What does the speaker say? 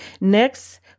Next